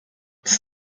ist